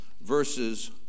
verses